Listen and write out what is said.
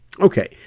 Okay